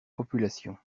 population